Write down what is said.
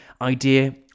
idea